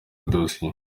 dosiye